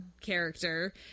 character